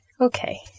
Okay